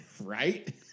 Right